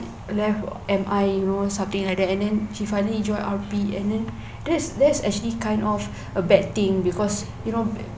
left am I you know something like that and then she finally join R_P and then that's that's actually kind of a bad thing because you know